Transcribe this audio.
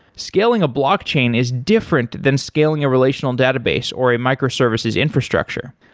scaling a blockchain is different than scaling a relational database or a microservices infrastructure.